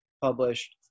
published